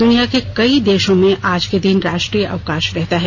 दुनिया के कई देशों में आज के दिन राष्ट्रीय अवकाश रहता है